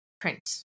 print